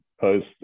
Post